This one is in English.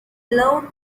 loved